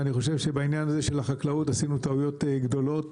ואני חושב שבעניין הזה של החקלאות עשינו טעויות בדולות,